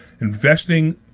investing